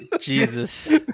Jesus